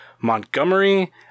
Montgomery